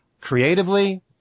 creatively